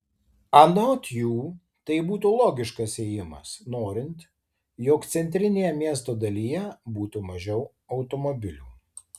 anot jų tai būtų logiškas ėjimas norint jog centrinėje miesto dalyje būtų mažiau automobilių